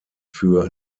für